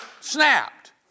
snapped